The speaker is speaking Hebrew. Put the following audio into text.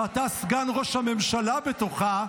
שאתה סגן ראש הממשלה בתוכה,